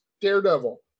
Daredevil